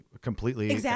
completely